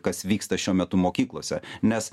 kas vyksta šiuo metu mokyklose nes